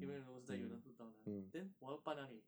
因为如果是在 you know 道南 ah then 我要搬哪里